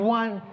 one